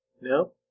No